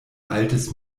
altes